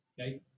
Okay